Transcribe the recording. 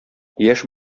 яшь